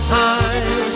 time